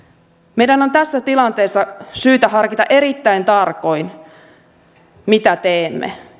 meidän on tässä tilanteessa syytä harkita erittäin tarkoin mitä teemme